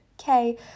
okay